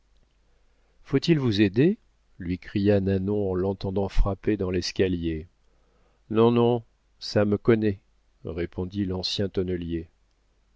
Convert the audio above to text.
faut-il vous aider lui cria nanon en l'entendant frapper dans l'escalier non non ça me connaît répondit l'ancien tonnelier